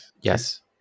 Yes